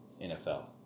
NFL